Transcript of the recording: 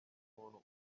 umuntu